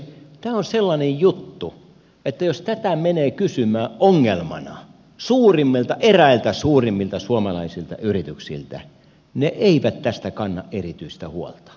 tämä on sellainen juttu että jos tätä menee kysymään ongelmana eräiltä suurimmilta suomalaisilta yrityksiltä ne eivät tästä kanna erityistä huolta